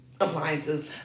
appliances